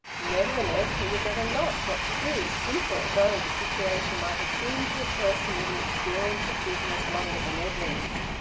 nevertheless he was at a loss what to do, simple though the situation might have seemed to a person with an experience of business longer than edwin's.